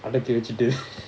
அடக்கி வச்சிட்டு:adaki vachitu